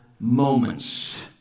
moments